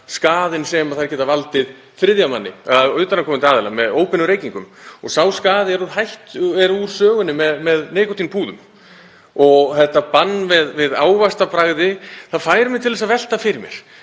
skaðinn sem þær geta valdið þriðja manni, utanaðkomandi aðila, með óbeinum reykingum og sá skaði er úr sögunni með nikótínpúðum. En þetta bann við ávaxtabragði fær mig til að velta fyrir mér: